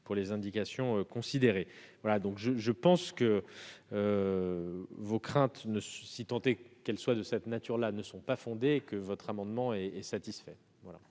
pour les indications considérées. Pour résumer, je pense que vos craintes, si tant est qu'elles soient de cette nature, ne sont pas fondées, et que votre amendement est satisfait